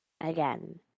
Again